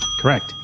Correct